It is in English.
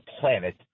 planet